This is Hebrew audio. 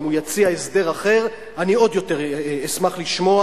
אם הוא יציע הסדר אחר אני עוד יותר אשמח לשמוע,